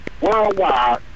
worldwide